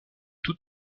tout